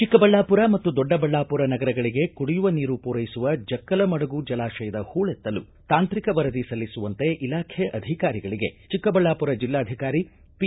ಚಿಕ್ಕಬಳ್ಳಾಪುರ ಮತ್ತು ದೊಡ್ಡಬಳ್ಳಾಪುರ ನಗರಗಳಿಗೆ ಕುಡಿಯುವ ನೀರು ಪೂರೈಸುವ ಜಕ್ಕಲಮಡುಗು ಜಲಾಶಯದ ಹೂಳೆತ್ತಲು ತಾಂತ್ರಿಕ ವರದಿ ಸಲ್ಲಿಸುವಂತೆ ಇಲಾಖೆ ಅಧಿಕಾರಿಗಳಗೆ ಚಿಕ್ಕಬಳ್ಳಾಪುರ ಜಿಲ್ಲಾಧಿಕಾರಿ ಪಿ